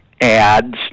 ads